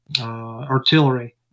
artillery